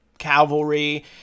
cavalry